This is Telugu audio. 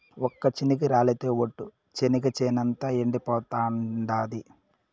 ఒక్క చినుకు రాలితె ఒట్టు, చెనిగ చేనంతా ఎండిపోతాండాది